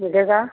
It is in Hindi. मिलेगा